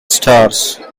stars